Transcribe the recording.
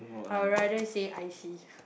I rather say I see